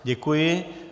Děkuji.